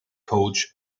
coach